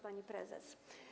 Pani Prezes!